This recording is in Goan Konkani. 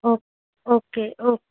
ओ ओके ओ